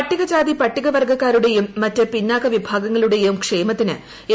പട്ടികജാതി പട്ടികവർഗ്ഗക്കാരുടെയും മറ്റ് പിന്നാക്കവിഭാഗങ്ങളുടെയും ക്ഷേമത്തിന് എൻ